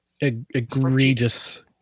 Egregious